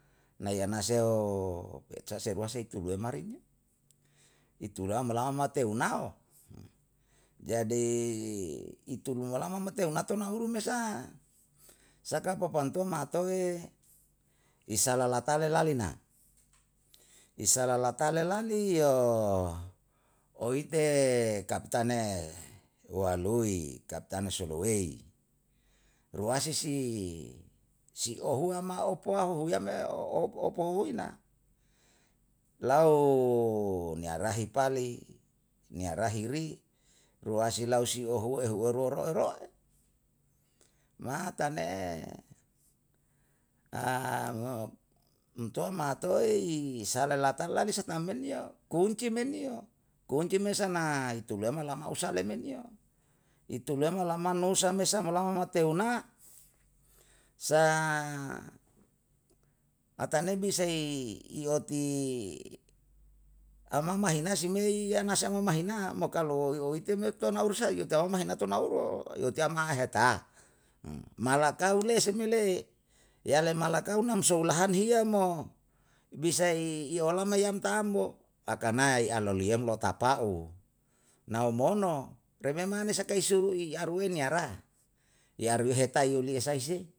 Nai yana seo pe'te se rua si i tube mari me, itu lama lama mate unao. Jadi itu luma lama mo te unato na uru me sa, saka papantuan ma'atowe isala lalatale lale na. Isa lala tale lale yo oite kapitane hualoi, kapitane solowei. Ruasi si, si ohua ma opoha a huhuyame opohuhui na, lau niyarahi pali, niyarahi ri, ruasi lau si ohuwe ehuwe oroi roi. Mata ne umtua ma'atoi i sale latala lisa tamyen yo, kunci men yo. Kunci me sanai tu lema lama usale men yo, i tulema lama nou same samolamo ma teu na. sa a tanei bisa i, i opi ama mahina si mei yana sama mahina, mo kalu o'ite me to na urusa ke tau ma uruo. Yo tiam a heta? malakau le se me le'e, yale malakau nam um soulahan hiya mo bisa i i olam ma yam tam bo. pakana i aloliyem lota pa'u, na omonno, reme mane saka isuru i aru ei niya ra, i yaru ehe ta yu'lie sai se?